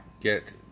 get